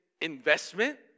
investment